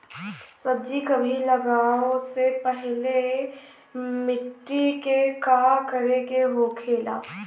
सब्जी कभी लगाओ से पहले मिट्टी के का करे के होखे ला?